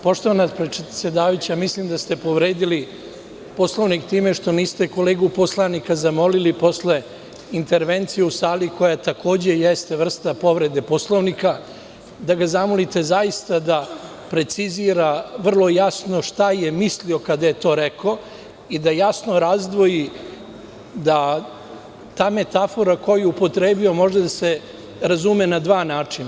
Poštovana predsedavajuća, mislim da ste povredili Poslovnik time što niste kolegu poslanika zamolili posle intervencije u sali koja takođe jeste vrsta povrede Poslovnika, da ga zamolite zaista da precizira vrlo jasno šta je mislio kada je to rekao i da jasno razdvoji da ta metafora koju je upotrebio može da se razume na dva načina.